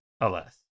Alas